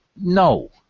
no